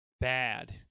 bad